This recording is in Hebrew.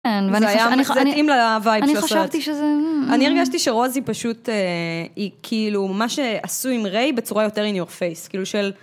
וזה היה... זה התאים לוייב של הסרט. אני חשבתי שזה... אני הרגשתי שרוזי פשוט היא כאילו... מה שעשו עם ריי בצורה יותר אין יור פייס. כאילו של...